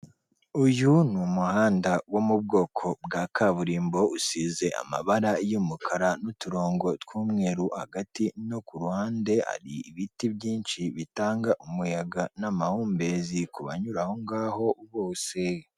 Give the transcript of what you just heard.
Uyu ni umuhanda wo mu bwoko bwa kaburimbo, usize amabara y'umukara n'uturongo tw'umweru, hagati no ku ruhande hari ibiti byinshi bitanga umuyaga n'amahumbezi kubanyura aho ngaho bose.